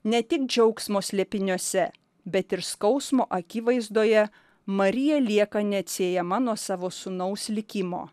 ne tik džiaugsmo slėpiniuose bet ir skausmo akivaizdoje marija lieka neatsiejama nuo savo sūnaus likimo